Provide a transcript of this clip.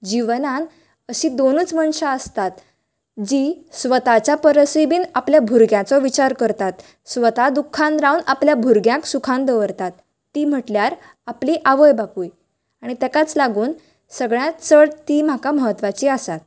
जिवनां अशी दोनूंच मनशा आसतात जी स्वाताच्या परसय बीन आपल्या भुरग्यांचो विचार करतात स्वता दुख्खान रावन आपल्या भुरग्यांक सुख्खान दवरतात तीं म्हटल्यार आपली आवय बापूय आनी ताकांच लागून सगळ्यांत चड तीं म्हाका म्हत्वाची आसात